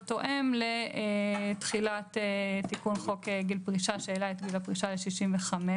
תואם לתחילת תיקון חוק גיל פרישה שהעלה את גיל הפרישה ל-65.